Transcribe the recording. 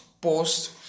post